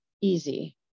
easy